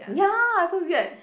ya so weird